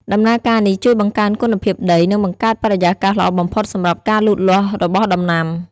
ដំណើរការនេះជួយបង្កើនគុណភាពដី និងបង្កើតបរិយាកាសល្អបំផុតសម្រាប់ការលូតលាស់របស់ដំណាំ។